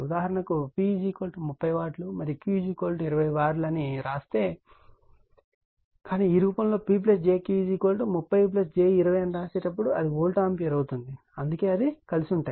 ఉదాహరణకు P 30 watt మరియు Q 20 var అని వ్రాస్తే అది కానీ ఈ రూపంలో P jQ 30 j 20 వ్రాసేటప్పుడు అది వోల్ట్ ఆంపియర్ అవుతుంది అందుకే ఇది కలిసి ఉంటాయి